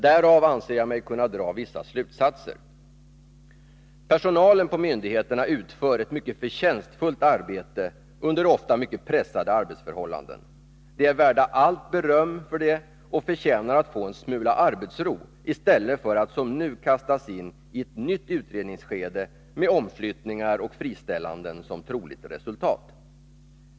Därav anser jag mig kunna dra vissa slutsatser: Personalen på myndigheterna utför ett mycket förtjänstfullt arbete under ofta mycket pressade arbetsförhållanden. Den är värd allt beröm för det och förtjänar att få en smula arbetsro i stället för att som nu kastas in i ett nytt utredningsskede med omflyttningar och friställanden som troligt resultat.